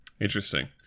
Interesting